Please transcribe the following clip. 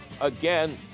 again